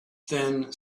then